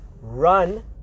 run